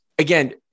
Again